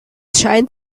scheint